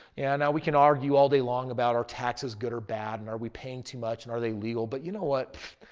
yeah, now we can argue all day day long about our taxes good or bad and are we paying too much and are they legal? but you know what?